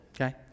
okay